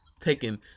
taking